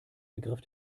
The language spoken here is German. begriff